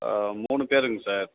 மூணு பேருங்க சார்